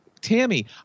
Tammy